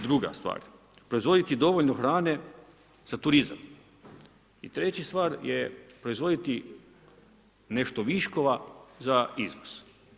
Druga stvar, proizvoditi dovoljno hrane za turizam, treća je proizvoditi nešto viškova za izvoza.